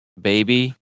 Baby